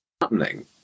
happening